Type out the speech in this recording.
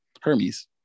Hermes